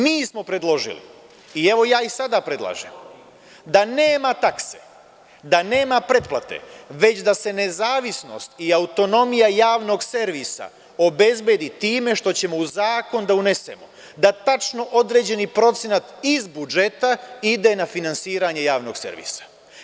Mi smo predložili, i evo ja i sada predlažem, da nema takse, da nema pretplate, već da se ne zavisnost i autonomija javnog servisa obezbedi time što ćemo u zakon da unesemo, da tačno određeni procenat iz budžeta ide na finansiranje javnog servisa.